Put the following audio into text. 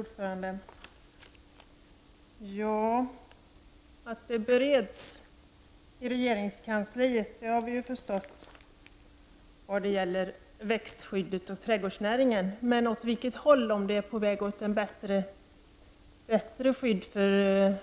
Herr talman! Att frågor om växtskyddet och trädgårdsnäringen bereds i regeringskansliet har vi ju förstått -- men åt vilket håll? Om det är i en riktning som ger ett bättre skydd mot